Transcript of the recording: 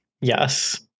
Yes